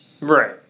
Right